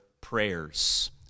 prayers